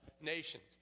nations